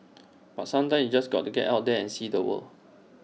but sometimes you've just got to get out there and see the world